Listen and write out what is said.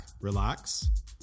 relax